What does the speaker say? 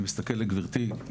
אני מסתכל על גברתי,